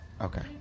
okay